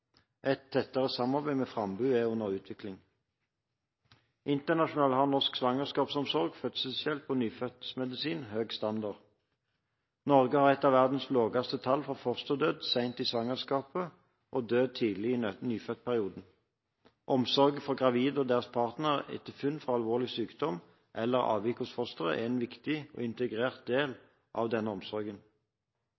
Et tettere samarbeid med Frambu er under utvikling. Internasjonalt har norsk svangerskapsomsorg, fødselshjelp og nyfødtmedisin høy standard. Norge har et av verdens laveste tall for fosterdød sent i svangerskapet og død tidlig i nyfødtperioden. Omsorg for gravide og deres partnere etter funn fra alvorlig sykdom eller avvik hos fosteret er en viktig og integrert del